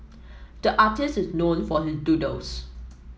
the artist is known for his doodles